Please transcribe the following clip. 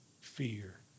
fear